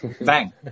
Bang